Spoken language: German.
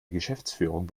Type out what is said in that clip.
geschäftsführung